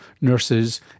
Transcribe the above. nurses